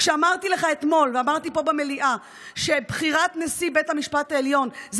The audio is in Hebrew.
כשאמרתי לך אתמול ואמרתי פה במליאה שבחירת נשיא בית המשפט העליון היא